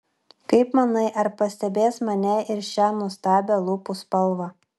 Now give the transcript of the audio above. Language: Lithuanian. kaip manai ar pastebės mane ir šią nuostabią lūpų spalvą